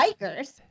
bikers